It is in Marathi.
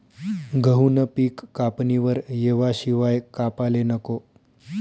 गहूनं पिक कापणीवर येवाशिवाय कापाले नको